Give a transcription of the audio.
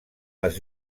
les